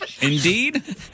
Indeed